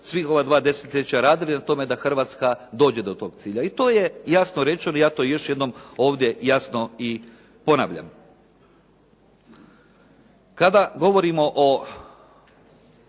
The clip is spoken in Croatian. svih ova dva desetljeća radili na tome da Hrvatska dođe do toga cilja. I to je jasno rečeno i ja to još jednom ovdje jasno i ponavljam. Kada govorimo o